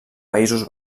països